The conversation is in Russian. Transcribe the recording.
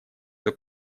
эту